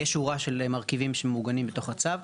יש שורה של מרכיבים שמעוגנים בתוך הצו.